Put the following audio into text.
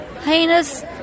heinous